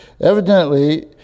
Evidently